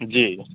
जी